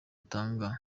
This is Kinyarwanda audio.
dutanga